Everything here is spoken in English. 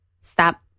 stop